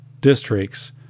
districts